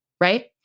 right